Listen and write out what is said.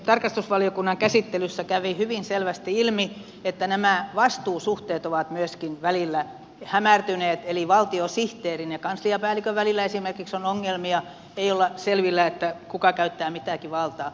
tarkastusvaliokunnan käsittelyssä kävi hyvin selvästi ilmi että nämä vastuusuhteet ovat myöskin välillä hämärtyneet eli valtiosihteerin ja kansliapäällikön välillä esimerkiksi on ongelmia ei olla selvillä kuka käyttää mitäkin valtaa